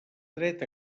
dret